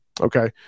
Okay